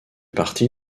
partie